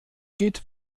geht